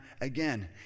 again